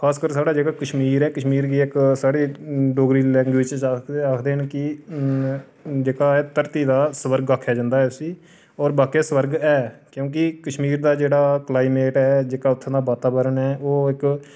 खास कर जेह्का कश्मीर ऐ कश्मीर गी इक साढ़ी डोगरी लैंग्वेज च आखदे न जेह्का ऐ धरती दा स्वर्ग आक्खेआ जंदा ऐ इसी होर बाकेआ एह् स्वर्ग ऐ क्योंकि कश्मीर दा जेह्ड़ा क्लाईमेट ऐ जेह्का उत्थूं दा वातावरण ऐ ओह् इक